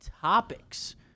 topics